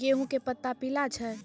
गेहूँ के पत्ता पीला छै?